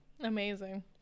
Amazing